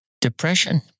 depression